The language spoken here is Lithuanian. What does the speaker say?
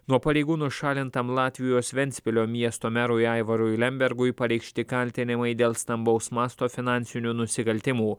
nuo pareigų nušalintam latvijos ventspilio miesto merui aivarui lembergui pareikšti kaltinimai dėl stambaus masto finansinių nusikaltimų